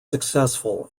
successful